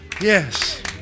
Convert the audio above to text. Yes